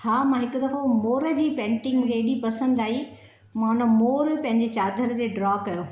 हा मां हिक दफ़ो मोर जी पेंटिंग मूंखे हेडी पसंदि आई मां हुन मोर पंहिंजे चादर ते ड्रॉ कयो